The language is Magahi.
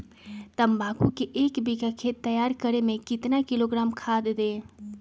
तम्बाकू के एक बीघा खेत तैयार करें मे कितना किलोग्राम खाद दे?